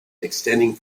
extending